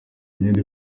imyenda